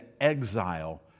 exile